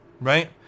right